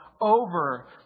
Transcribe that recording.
over